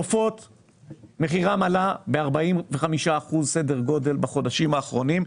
מחירם של העופות עלה ב-45% בחודשים האחרונים.